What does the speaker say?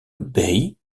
bei